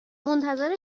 منتظر